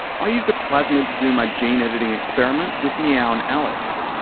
i used a plasmid to do my gene-editing experiment with meow and alex.